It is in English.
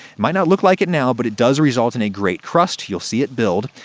might not look like it now, but it does result in a great crust you'll see it build.